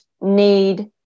need